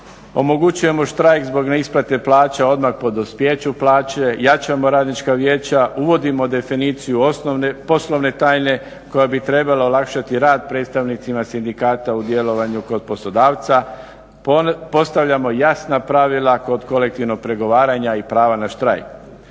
omogućujemo štrajk zbog neisplate plaća odmah po dospijeću plaće, jačamo radnička vijeća, uvodimo definiciju poslovne tajne koja bi trebala olakšati rad predstavnicima sindikata u djelovanju kod poslodavca. Postavljamo jasna pravila kod kolektivnog pregovaranja i prava na štrajk.